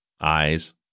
eyes